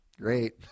great